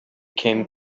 came